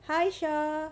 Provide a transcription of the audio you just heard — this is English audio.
hi sher